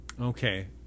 Okay